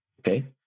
okay